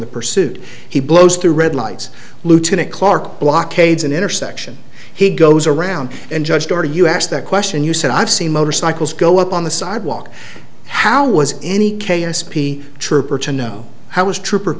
the pursuit he blows through red lights lieutenant clark blockades an intersection he goes around and judge doherty you ask that question you said i've seen motorcycles go up on the sidewalk how was any k s p trooper to know how was trooper